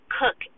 cook